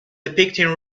depicting